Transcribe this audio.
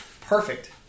Perfect